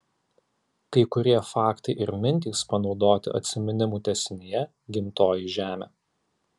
kai kurie faktai ir mintys panaudoti atsiminimų tęsinyje gimtoji žemė